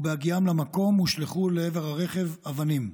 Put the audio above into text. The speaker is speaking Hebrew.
בהגיעם למקום הושלכו לעבר הרכב אבנים.